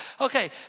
Okay